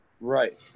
right